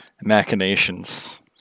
machinations